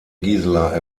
gisela